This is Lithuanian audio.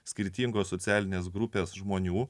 skirtingos socialinės grupės žmonių